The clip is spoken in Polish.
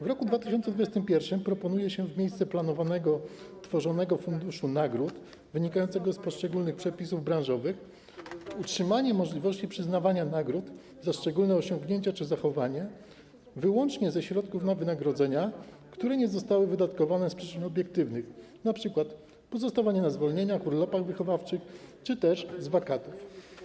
W roku 2021 proponuje się w miejsce planowanego, tworzonego funduszu nagród wynikającego z poszczególnych przepisów branżowych utrzymanie możliwości przyznawania nagród za szczególne osiągnięcia czy zachowanie wyłącznie ze środków na wynagrodzenia, które nie zostały wydatkowane z przyczyn obiektywnych, jak np. pozostawanie na zwolnieniach, urlopach wychowawczych, czy też z wakatów.